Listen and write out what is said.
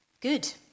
good